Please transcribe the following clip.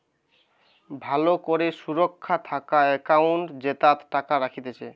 ভালো করে সুরক্ষা থাকা একাউন্ট জেতাতে টাকা রাখতিছে